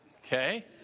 okay